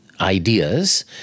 ideas